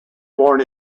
born